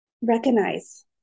recognize